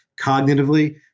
cognitively